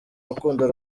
rukundo